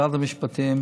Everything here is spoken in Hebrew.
ובמשרד המשפטים.